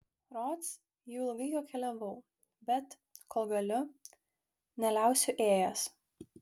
rods jau ilgai juo keliavau bet kol galiu neliausiu ėjęs